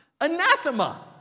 anathema